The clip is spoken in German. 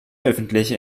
öffentliche